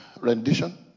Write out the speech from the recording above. rendition